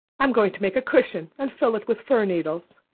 i'm going to make a cushion and fill it with fir needles.